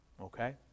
Okay